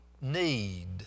need